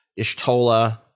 Ishtola